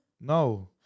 No